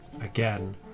again